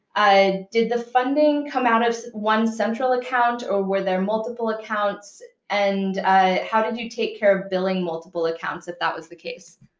ah did the funding come out of one central account, or were there multiple accounts? and how did you take care of billing multiple accounts, if that was the case?